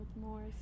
more